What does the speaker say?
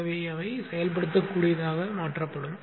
எனவே அவை செயல்படுத்தக்கூடியதாக மாற்றப்படும்